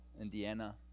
Indiana